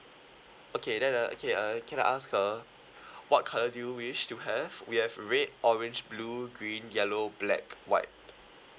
okay then uh okay uh can I ask uh what colour do you wish to have we have red orange blue green yellow black white